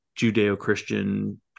Judeo-Christian